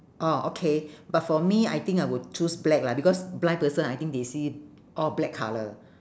orh okay but for me I think I would choose black lah because blind person I think they see all black colour